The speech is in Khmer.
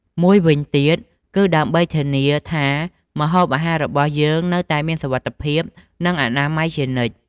មួយវិញទៀត គឺដើម្បីធានាថាម្ហូបអាហាររបស់យើងនៅតែមានសុវត្ថិភាព និងអនាម័យជានិច្ច។